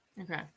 Okay